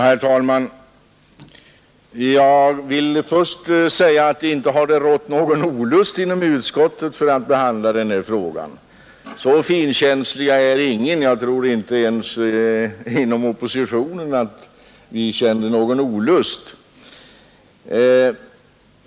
Herr talman! Inte har det rått någon olust inom utskottet mot att behandla denna fråga! Så finkänslig är ingen av oss — jag tror inte ens inom oppositionen — att vi känner någon olust.